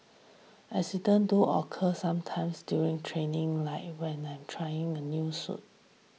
accidents do occur sometimes during training like when I'm trying a new suit